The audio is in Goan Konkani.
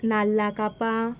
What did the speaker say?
नाल्ला कापां